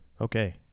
Okay